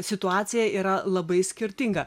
situacija yra labai skirtinga